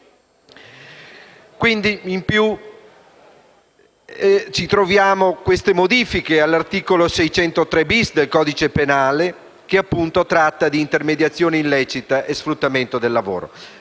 di legge introduce modifiche all'articolo 603-*bis* del codice penale che, appunto, tratta di intermediazione illecita e sfruttamento del lavoro.